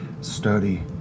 sturdy